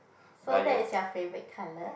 so that's your favourite colour